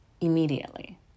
immediately